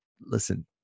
listen